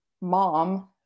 mom